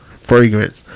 fragrance